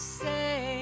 say